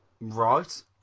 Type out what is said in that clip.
right